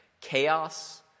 Chaos